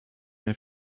mehr